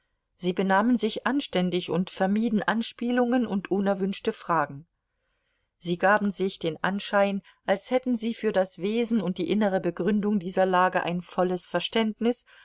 sie benahmen sich anständig und vermieden anspielungen und unerwünschte fragen sie gaben sich den anschein als hätten sie für das wesen und die innere begründung dieser lage ein volles verständnis